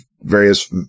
various